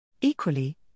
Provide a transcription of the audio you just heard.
Equally